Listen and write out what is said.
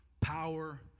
power